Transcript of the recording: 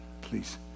please